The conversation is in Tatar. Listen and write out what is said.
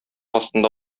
астында